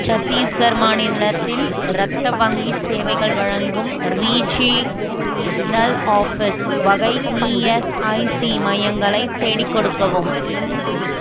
சத்தீஸ்கர் மாநிலத்தில் இரத்த வங்கி சேவைகள் வழங்கும் ரீஜினல் ஆஃபீஸ் வகை இஎஸ்ஐசி மையங்களை தேடிக் கொடுக்கவும்